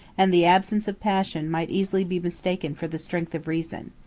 and the absence of passion might easily be mistaken for the strength of reason.